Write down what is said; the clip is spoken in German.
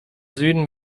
süden